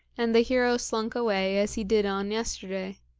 and the hero slunk away as he did on yesterday,